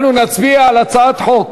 נצביע על הצעת החוק